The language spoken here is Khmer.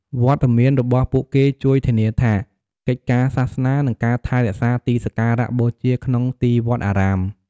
វត្តមានរបស់ពួកគេជួយធានាថា កិច្ចការសាសនា និងការថែរក្សាទីសក្ការបូជាក្នុងទីវត្តអារាម។